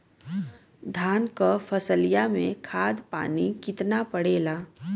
धान क फसलिया मे खाद पानी कितना पड़े ला?